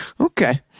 Okay